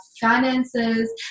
finances